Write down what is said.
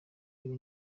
reba